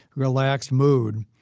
relaxed mood,